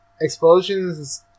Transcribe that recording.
Explosions